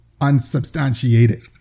unsubstantiated